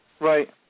Right